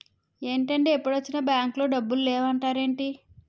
ఏంటండీ ఎప్పుడొచ్చినా బాంకులో డబ్బులు లేవు అంటారేంటీ?